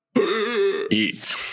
eat